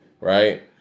right